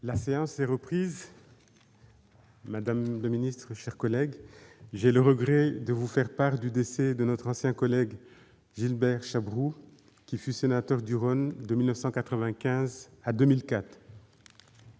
La séance est suspendue. La séance est reprise. J'ai le regret de vous faire part du décès de notre ancien collègue Gilbert Chabroux, qui fut sénateur du Rhône de 1995 à 2004.